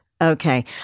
Okay